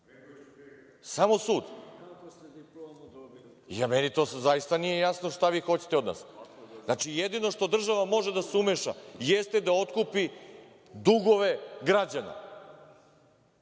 samo sud. Meni zaista nije jasno šta vi hoćete od nas. Jedino što država može da se umeša jeste da otkupi dugove građana,